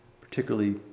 particularly